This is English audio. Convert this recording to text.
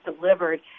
delivered